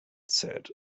said